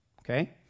okay